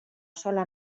sola